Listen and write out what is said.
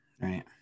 Right